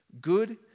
Good